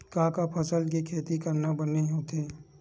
का का फसल के खेती करना बने होथे?